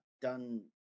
done